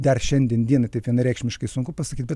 dar šiandien dienai taip vienareikšmiškai sunku pasakyt bet